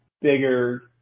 bigger